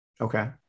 Okay